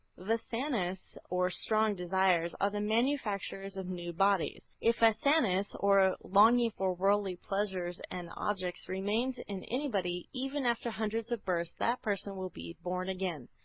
vasanas or strong desires are the manufacturers of new bodies. if vasana or longing for worldly pleasures and objects remains in anybody, even after hundreds of births, that person will be born again.